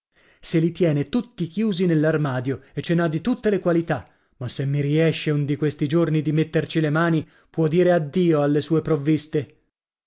li tiene tutti chiusi nell'armadio e ce n'ha di tutte le qualità ma se mi riesce un di questi giorni di metterci le mani può dire addio alle sue provviste